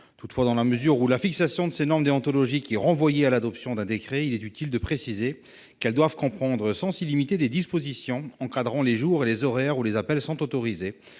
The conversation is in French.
Toutefois, dans la mesure où la fixation de ces normes déontologiques est renvoyée à l'adoption d'un décret, il est utile de préciser qu'elles doivent comprendre, sans s'y limiter, des dispositions encadrant les jours et les horaires où les appels sont autorisés,